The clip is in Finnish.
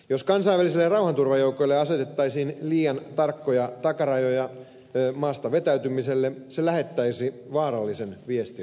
jos kansainvälisille rauhanturvajoukoille asetettaisiin liian tarkkoja takarajoja maasta vetäytymiselle se lähettäisi vaarallisen viestin ääriryhmille